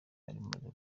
bamaze